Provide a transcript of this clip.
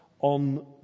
on